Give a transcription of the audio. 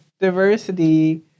diversity